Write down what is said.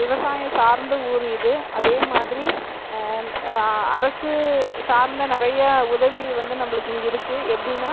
விவசாயம் சார்ந்த ஊர் இது அதே மாதிரி அரசு சார்ந்த நிறைய உதவி வந்து நம்மளுக்கு இங்கே இருக்குது எப்படினா